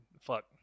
Fuck